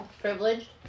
Privileged